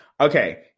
Okay